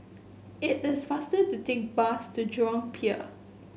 it is faster to take bus to Jurong Pier